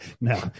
No